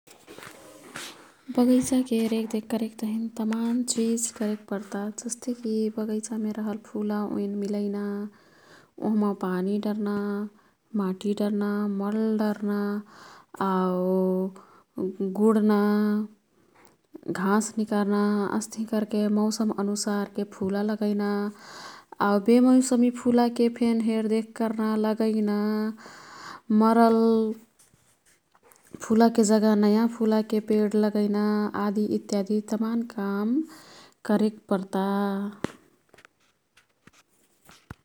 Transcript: बगैचाके रेखदेख करेक तहिन तमान चिज करेक पर्ता। जस्तेकी बगैचामे रहल फुलाओईन् मिलैना। ओह्मा पानी डर्ना, माटी डर्ना, मल डर्ना आऊ गुड्ना घाँस निकर्ना। अस्तिही कर्के मौसम अनुसारके फुला लगैना। आऊ बेमौसमी फुलाकेफेन हेरदेख कर्ना, लगैना मरल फुलाके जगह नयाँ फुलाके पेड लगैना आदि इत्यादी तमान काम करेक पर्ता।